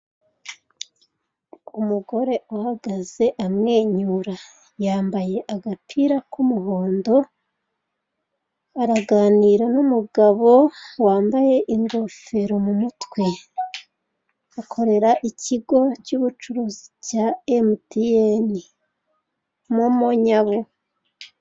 Umugore uhagaze amwenyura yambaye agapira k'umuhondo, araganira n'umugabo wambaye ingofero mu mutwe akorera ikigo cy'ubucuruzi cya emutiyene n'umunyabu.